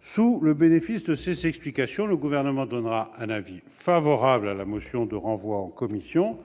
Sous le bénéfice de ces explications, le Gouvernement donnera un avis favorable à la motion tendant au renvoi à la commission,